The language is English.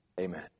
amen